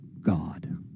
God